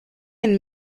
and